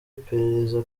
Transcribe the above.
iperereza